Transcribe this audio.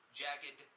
jagged